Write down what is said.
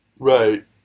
Right